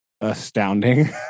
astounding